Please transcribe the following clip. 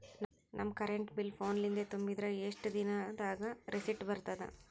ನಮ್ current bill ಫೋನ ಲಿಂದೇ ತುಂಬಿದ್ರ, ಎಷ್ಟ ದಿ ನಮ್ ದಾಗ ರಿಸಿಟ ಬರತದ?